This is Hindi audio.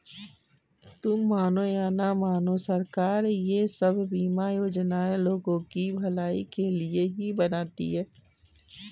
तुम मानो या न मानो, सरकार ये सब बीमा योजनाएं लोगों की भलाई के लिए ही बनाती है